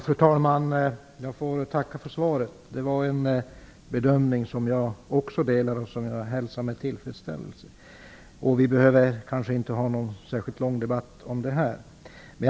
Fru talman! Jag får tacka för svaret. Det är en bedömning som jag också instämmer i och hälsar med tillfredsställelse. Vi behöver kanske inte ha någon särskilt lång debatt om detta.